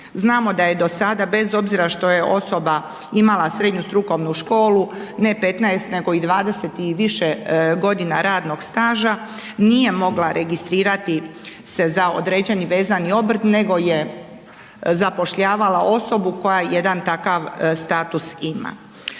Znamo da je do sada bez obzira što je osoba imala srednju strukovnu školu, ne 15 nego i 20 i više godina radnog staža nije mogla registrirati se za određeni vezani obrt nego je zapošljavala osobu koja jedan takav status ima.